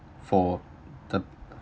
for the